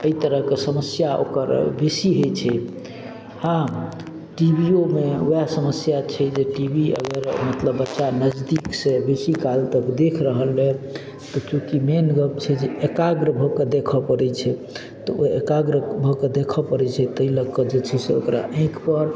अइ तरहक समस्या ओकर बेसी होइ छै हँ टीवियोमे वएह समस्या छै जे टी वी अगर मतलब बच्चा नजदीकसँ बेसी काल तक देख रहल यऽ तऽ चूँकि मेन गप छै जे एकाग्र भऽ कऽ देखऽ पड़य छै तऽ ओ एकाग्र भऽ कऽ देखऽ पड़य छै तै लअ कऽ जे छै से ओकरा आँखिपर